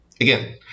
Again